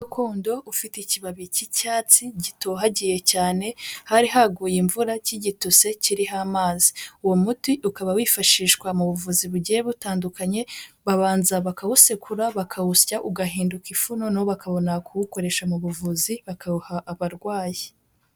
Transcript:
Umuti gakondo ufite ikibabi cy'icyatsi gitohagiye cyane hari haguye imvura cy'igitose kiriho amazi, uwo muti ukaba wifashishwa mu buvuzi bugiye butandukanye, babanza bakawusekura bakawusya ugahinduka ifu, noneho bakabona kuwukoresha mu buvuzi bakawuha abarwayi.